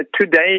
today